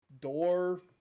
door